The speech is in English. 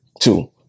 two